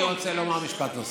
אני רוצה לומר משפט נוסף.